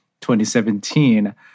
2017